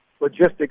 logistics